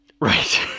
Right